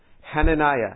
Hananiah